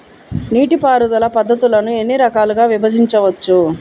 నీటిపారుదల పద్ధతులను ఎన్ని రకాలుగా విభజించవచ్చు?